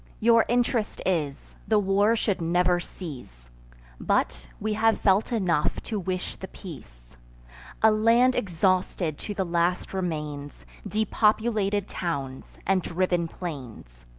your interest is, the war should never cease but we have felt enough to wish the peace a land exhausted to the last remains, depopulated towns, and driven plains.